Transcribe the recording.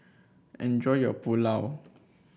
enjoy your Pulao